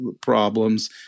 problems